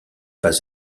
pas